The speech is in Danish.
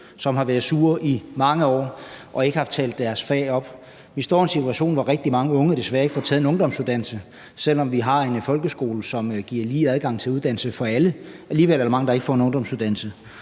som har været sure i mange år og ikke har talt deres fag op. Vi står i en situation, hvor rigtig mange unge desværre ikke får taget en ungdomsuddannelse, selv om vi har en folkeskole, som giver lige adgang til uddannelse for alle; alligevel er der mange, der ikke får en ungdomsuddannelse.